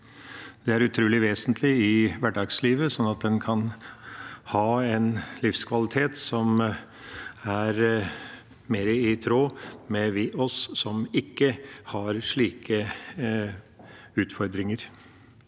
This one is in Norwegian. Det er utrolig vesentlig i hverdagslivet, slik at en kan ha en livskvalitet som er mer i tråd med den vi som ikke har slike utfordringer,